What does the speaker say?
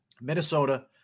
Minnesota